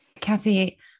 Kathy